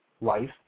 life